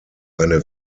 eine